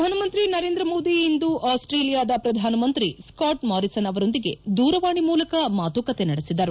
ಪ್ರಧಾನಮಂತ್ರಿ ನರೇಂದ್ರ ಮೋದಿ ಇಂದು ಆಸ್ಸೇಲಿಯಾದ ಪ್ರಧಾನಮಂತ್ರಿ ಸ್ಥಾಟ್ ಮಾರಿಸನ್ ಅವರೊಂದಿಗೆ ದೂರವಾಣಿ ಮೂಲಕ ಮಾತುಕತೆ ನಡೆಸಿದರು